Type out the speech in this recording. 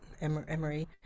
Emory